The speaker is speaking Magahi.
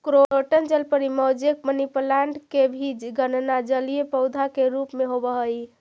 क्रोटन जलपरी, मोजैक, मनीप्लांट के भी गणना जलीय पौधा के रूप में होवऽ हइ